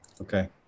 Okay